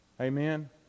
Amen